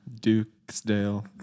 Dukesdale